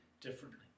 differently